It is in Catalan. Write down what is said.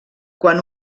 quan